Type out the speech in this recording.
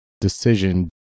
decision